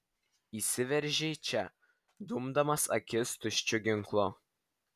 įsiveržei čia dumdamas akis tuščiu ginklu